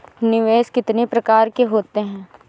निवेश कितनी प्रकार के होते हैं?